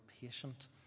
patient